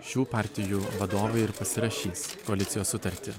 šių partijų vadovai ir pasirašys koalicijos sutartį